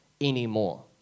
anymore